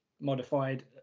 modified